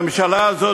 ממשלה זו,